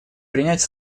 принять